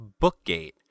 Bookgate